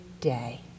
day